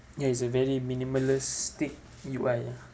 ya it's a very minimalistic U_I ah